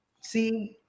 see